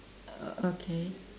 uh okay